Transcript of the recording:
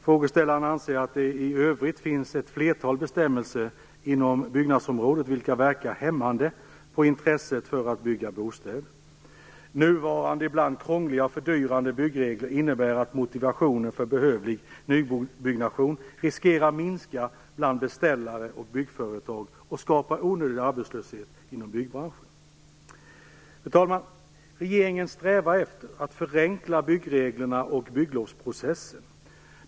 Frågeställaren anser att det i övrigt finns ett flertal bestämmelser inom byggnadsområdet vilka verkar hämmande på intresset för att bygga bostäder. Nuvarande ibland krångliga och fördyrande byggregler innebär att motivationen för behövlig nybyggnation riskerar minska bland beställare och byggföretag och skapar onödig arbetslöshet inom byggbranschen. Fru talman! Regeringen strävar efter att förenkla byggreglerna och bygglovsprocessen.